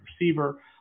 receiver